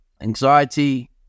anxiety